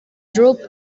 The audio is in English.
drupe